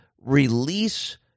release